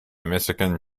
michigan